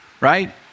right